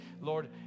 Lord